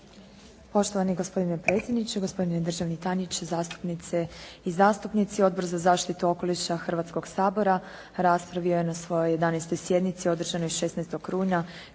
Poštovani gospodine predsjedniče, gospodine državni tajniče, zastupnice i zastupnici. Odbor za zaštitu okoliša Hrvatskog sabora raspravio je na svojoj 11. sjednici održanoj 16. rujna